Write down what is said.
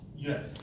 Yes